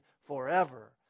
forever